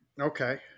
Okay